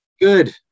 Good